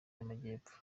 y’amajyepfo